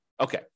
Okay